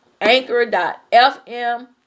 Anchor.fm